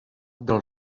del